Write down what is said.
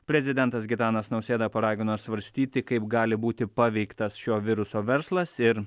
prezidentas gitanas nausėda paragino svarstyti kaip gali būti paveiktas šio viruso verslas ir